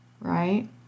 right